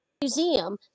museum